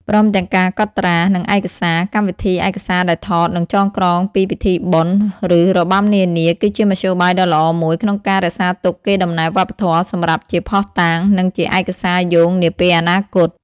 ព្រមទាំងការកត់ត្រា និងឯកសារ កម្មវិធីឯកសារដែលថត និងចងក្រងពីពិធីបុណ្យ ឬរបាំនានា គឺជាមធ្យោបាយដ៏ល្អមួយក្នុងការរក្សាទុកកេរដំណែលវប្បធម៌សម្រាប់ជាភស្តុតាង និងជាឯកសារយោងនាពេលអនាគត។